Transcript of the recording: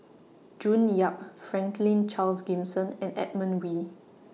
June Yap Franklin Charles Gimson and Edmund Wee